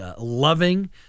loving